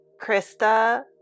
Krista